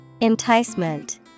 Enticement